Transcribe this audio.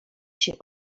się